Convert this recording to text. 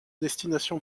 destination